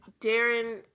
Darren